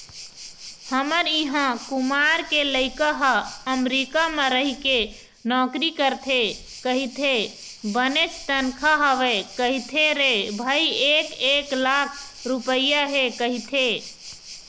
हमर इहाँ कुमार के लइका ह अमरीका म रहिके नौकरी करथे कहिथे बनेच तनखा हवय कहिथे रे भई एक एक लाख रुपइया हे कहिथे